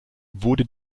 wurde